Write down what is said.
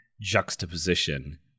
juxtaposition